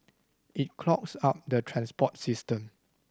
it clogs up the transport system